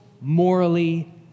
morally